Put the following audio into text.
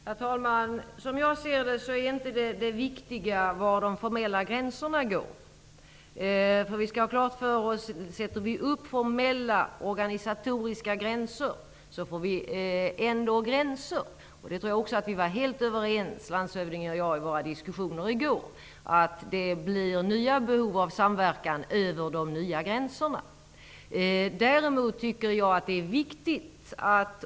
Herr talman! Som jag ser det är inte det viktiga var de formella gränserna går. Även om vi sätter upp nya gränser, så har vi ändå gränser. Om den saken tror jag landshövdingen och jag var helt överens i våra diskussioner i går. Det blir nya behov av samverkan även över de nya gränserna.